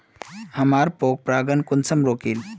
हमार पोरपरागण कुंसम रोकीई?